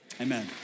Amen